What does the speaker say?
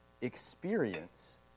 experience